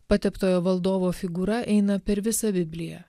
pateptojo valdovo figūra eina per visą bibliją